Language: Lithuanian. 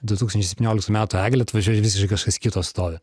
du tūkstančiai septynioliktų metų eglę atvažiuoja ir visiškai kažkas kito stovi